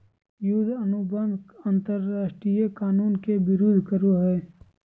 युद्ध अनुबंध अंतरराष्ट्रीय कानून के विरूद्ध करो हइ